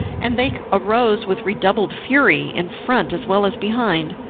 and they arose with redoubled fury, in front as well as behind.